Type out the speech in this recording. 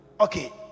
Okay